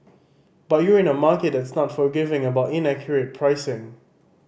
but you're in a market that's not forgiving about inaccurate pricing